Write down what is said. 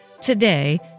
today